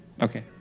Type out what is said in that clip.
Okay